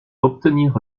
obtenir